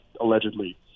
allegedly